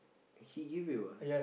he give you ah